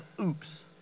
oops